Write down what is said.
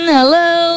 Hello